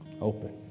open